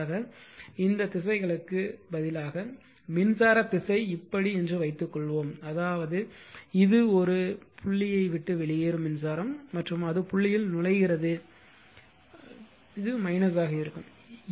எடுத்துக்காட்டாக இந்த திசைகளுக்கு பதிலாக மின்சார திசை இப்படி என்று வைத்துக்கொள்வோம் அதாவது இது புள்ளியை விட்டு வெளியேறும் மின்சாரம் மற்றும் அது புள்ளியில் நுழைகிறது என்று இருக்கும்